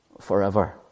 forever